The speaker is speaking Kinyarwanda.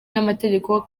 n’amategeko